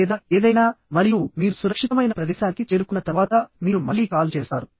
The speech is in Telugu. లేదా ఏదైనా మరియు మీరు సురక్షితమైన ప్రదేశానికి చేరుకున్న తర్వాత మీరు మళ్లీ కాల్ చేస్తారు